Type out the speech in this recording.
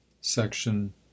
Section